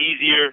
easier